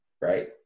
right